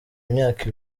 imyaka